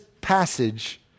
passage